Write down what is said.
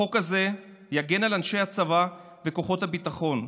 החוק הזה יגן על אנשי הצבא וכוחות הביטחון.